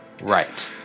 right